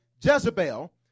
Jezebel